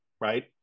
right